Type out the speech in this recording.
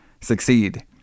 succeed